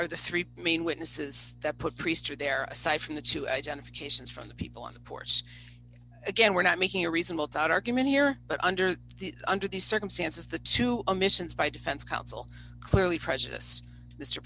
are the three main witnesses that put priester there aside from the two identifications from the people on the porch again we're not making a reasonable doubt argument here but under the under the circumstances the two emissions by defense counsel clearly prejudiced mr